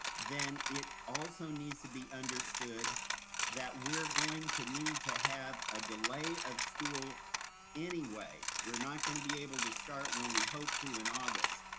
then it also needs to be understood that we're going to need to have a delay of school anyway, we're not gonna be able to start when we hope to in august.